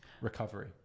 recovery